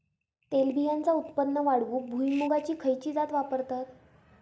तेलबियांचा उत्पन्न वाढवूक भुईमूगाची खयची जात वापरतत?